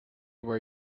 where